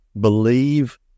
believe